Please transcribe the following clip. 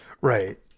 Right